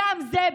גם זה,